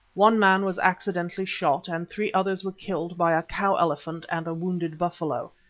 one man was accidentally shot and three others were killed by a cow elephant and a wounded buffalo.